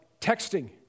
texting